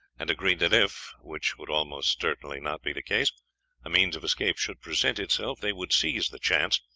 and agreed that if which would almost certainly not be the case a means of escape should present itself, they would seize the chance,